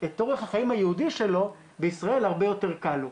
את אורח החיים היהודי שלו בישראל הרבה יותר קל לו.